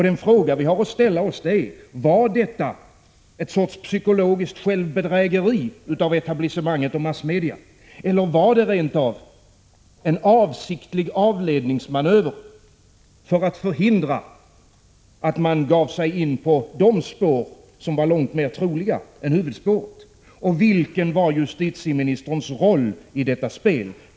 Den fråga vi har att ställa oss är: Var detta en sorts psykologiskt självbedrägeri av etablissemanget och massmedia, eller var det rent av en avsiktlig avledningsmanöver för att förhindra att man gav sig in på de spår som var långt mer troliga än huvudspåret, och vilken var justitieministerns roll i detta spel?